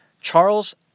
Charles